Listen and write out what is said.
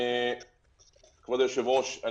כבוד היושב-ראש,